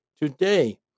today